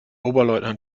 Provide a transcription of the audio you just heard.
oberleutnant